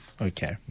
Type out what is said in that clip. Okay